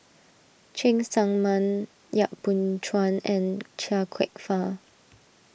Cheng Tsang Man Yap Boon Chuan and Chia Kwek Fah